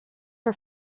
for